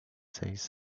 says